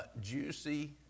juicy